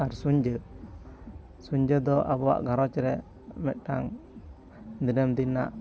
ᱟᱨ ᱥᱩᱧᱡᱟᱹ ᱥᱩᱧᱡᱟᱹ ᱫᱚ ᱟᱵᱚᱣᱟᱜ ᱜᱷᱟᱨᱚᱧᱡᱽ ᱨᱮ ᱢᱤᱫᱴᱟᱝ ᱫᱤᱱᱟᱹᱢ ᱫᱤᱱ ᱨᱮᱱᱟᱜ